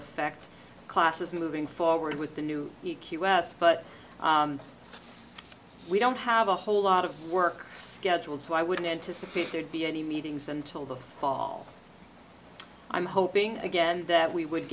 affect classes moving forward with the new e q s but we don't have a whole lot of work schedule so i wouldn't anticipate there'd be any meetings until the fall i'm hoping again that we would